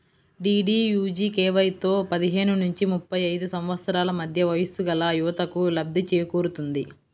డీడీయూజీకేవైతో పదిహేను నుంచి ముప్పై ఐదు సంవత్సరాల మధ్య వయస్సుగల యువతకు లబ్ధి చేకూరుతుంది